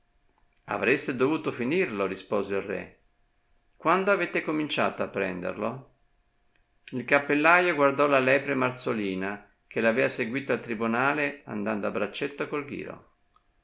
avreste dovuto finirlo rispose il re quando avete cominciato a prenderlo il cappellaio guardò la lepre marzolina che l'avea seguito al tribunale andando a braccetto